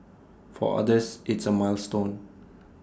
for others it's A milestone